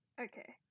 Okay